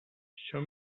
show